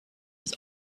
his